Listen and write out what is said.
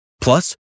Plus